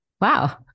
Wow